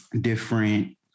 different